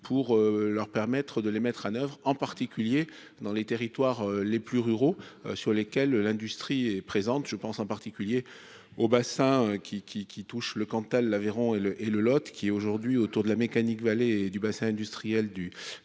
pour leur permettre de les mettre en oeuvre, en particulier dans les territoires les plus ruraux sur lesquels l'industrie et présente, je pense en particulier au bassin qui qui qui touche le Cantal, l'Aveyron et le et le l'autre qui est aujourd'hui autour de la mécanique vallée du bassin industriel du